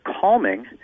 calming